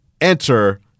Enter